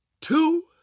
two